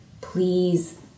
please